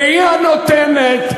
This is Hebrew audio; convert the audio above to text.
והיא הנותנת,